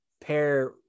pair